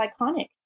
iconic